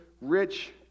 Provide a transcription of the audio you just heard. rich